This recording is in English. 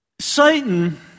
Satan